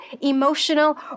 emotional